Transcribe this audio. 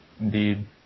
Indeed